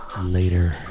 Later